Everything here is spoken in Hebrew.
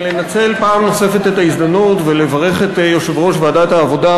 לנצל פעם נוספת את ההזדמנות ולברך את יושב-ראש ועדת העבודה,